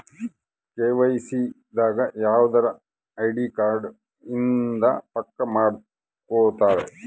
KYC ದಾಗ ಯವ್ದರ ID card ಇಂದ ಪಕ್ಕ ಮಾಡ್ಕೊತರ